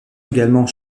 également